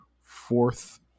fourth